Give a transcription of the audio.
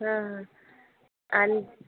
हं आणि